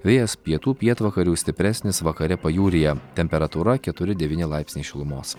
vėjas pietų pietvakarių stipresnis vakare pajūryje temperatūra keturi devyni laipsniai šilumos